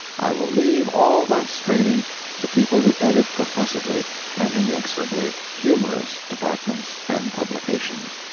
i will leave all that straining to people who edit professedly and inexorably humorous departments and publications.